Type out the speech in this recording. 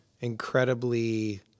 incredibly